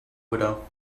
widow